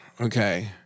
Okay